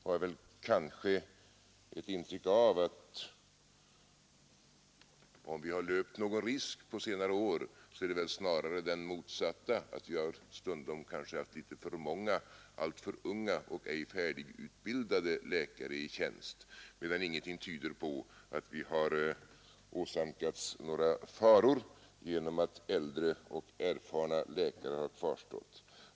Kanske har jag ett intryck av att om vi löpt någon risk på senare år är det väl snarare den motsatta; stundom har vi kanske haft för många, alltför unga och ej färdigutbildade läkare i tjänst medan ingenting tyder på att det uppstått några faror genom att äldre och erfarna läkare har kvarstått.